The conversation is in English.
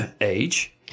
age